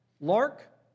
Lark